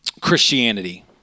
Christianity